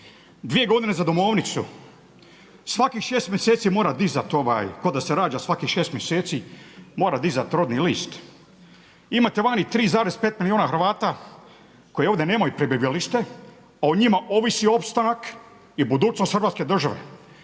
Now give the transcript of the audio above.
2 godine za domovnicu. Svakih 6 mjeseci mora dizati kao da se rađa svakih 6 mjeseci mora dizati rodni list. Imate vani 3,5 milijuna Hrvata koji ovdje nemaju prebivalište a o njima ovisi opstanak i budućnost Hrvatske države.